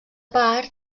part